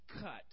cut